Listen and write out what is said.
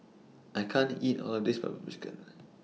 I can't eat All of This Black Pepper Chicken